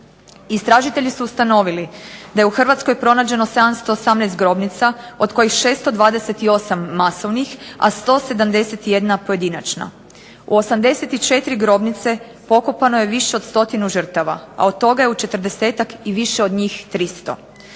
Istražitelji su ustanovili da je u Hrvatskoj pronađeno 718 grobnica, od kojih 628 masovnih, a 171 pojedinačna. U 84 grobnice pokopano je više od stotinu žrtava, a od toga je u 40-ak i više od njih 300.